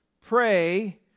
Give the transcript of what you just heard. Pray